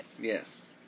Yes